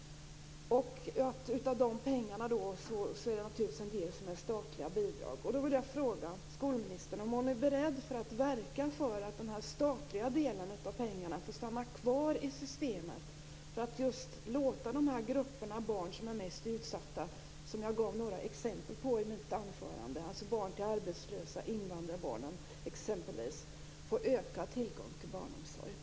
En del av de pengarna är naturligtvis statliga bidrag. Jag vill fråga skolministern om hon är beredd att verka för att den statliga delen av pengarna får stanna kvar i systemet, så att de barngrupper som är mest utsatta - jag exemplifierade med barn till arbetslösa och invandrarbarn i mitt anförande - kan få ökad tillgång till barnomsorg.